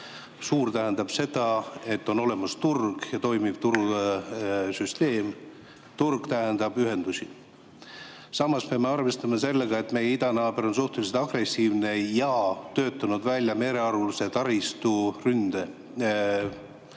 Suur tähendab seda, et on olemas turg ja toimiv turusüsteem, turg tähendab ühendusi. Samas peame arvestama sellega, et meie idanaaber on suhteliselt agressiivne ja töötanud välja merealuse taristu ründe